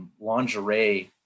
lingerie